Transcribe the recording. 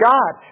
God